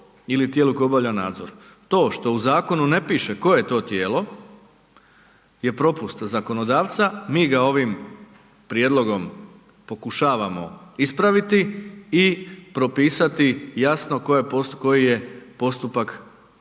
To što u zakonu ne piše koje je to tijelo je propust zakonodavca, mi ga ovim prijedlogom pokušavamo ispraviti i propisati jasno koji je postupak